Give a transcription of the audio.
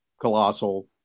colossal